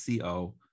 co